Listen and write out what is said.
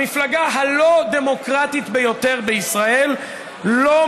המפלגה הלא-דמוקרטית ביותר בישראל אינה